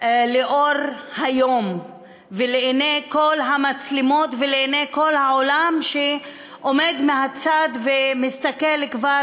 לאור היום ולעיני כל המצלמות ולעיני כל העולם שעומד מהצד ומסתכל כבר